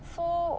so